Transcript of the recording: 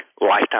lifetime